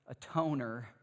atoner